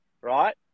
right